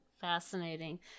fascinating